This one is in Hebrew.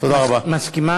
תודה רבה.